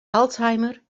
alzheimer